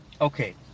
okay